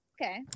okay